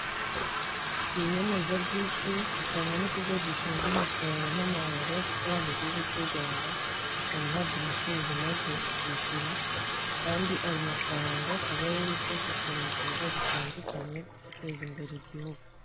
Iyi nyemezabwishyu itangwa nikigo gishinzwe imisoro namahoro gikorera mugihugu cy'urwanda, ikaba ihabwa umucuruzi umaze kwishyura kandi ayo mafaranga akaba ariyo yifashishwa mubikorwa bitandukanye byo guteza imbere igihugu.